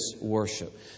worship